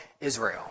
Israel